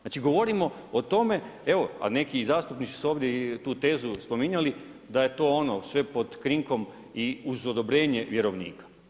Znači govorimo o tome, evo, a neki i zastupnici su ovdje i tu tezu spominjali da je to ono sve pod krinkom i uz odobrenje vjerovnika.